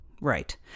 Right